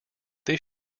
this